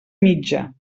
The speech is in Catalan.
mitja